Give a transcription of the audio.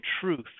truth